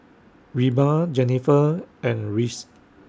Reba Jenifer and Rhys